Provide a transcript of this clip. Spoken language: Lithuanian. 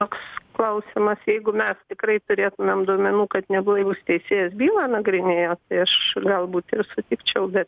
toks klausimas jeigu mes tikrai turėtumėm duomenų kad neblaivus teisėjas bylą nagrinėjo tai aš galbūt ir sutikčiau bet